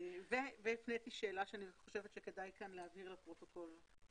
הפניתי שאלה שאני חושבת שכדאי להבהיר לפרוטוקול.